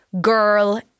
girl